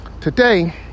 Today